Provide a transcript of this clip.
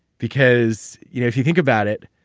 because, you know if you think about it,